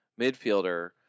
midfielder